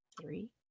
Three